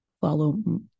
follow